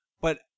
but-